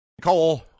Cole